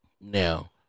Now